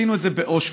עשינו את זה באושוויץ.